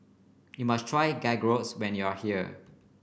you must try Gyros when you are here